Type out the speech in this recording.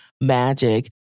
Magic